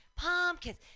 Pumpkins